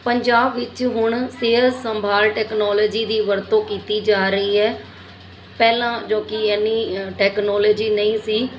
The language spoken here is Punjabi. ਪੰਜਾਬ ਵਿੱਚ ਹੁਣ ਸਿਹਤ ਸੰਭਾਲ ਟੈਕਨੋਲੋਜੀ ਦੀ ਵਰਤੋਂ ਕੀਤੀ ਜਾ ਰਹੀ ਹੈ ਪਹਿਲਾਂ ਜੋ ਕਿ ਐਨੀ ਟੈਕਨੋਲੋਜੀ ਨਹੀਂ ਸੀ